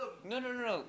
no no no no